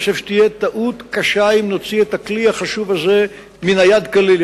אני חושב שתהיה טעות קשה אם נוציא את הכלי החשוב הזה מן היד כליל.